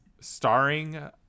starring